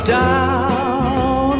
down